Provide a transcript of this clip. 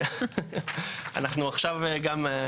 אנחנו עכשיו גם,